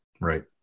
Right